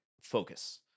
focus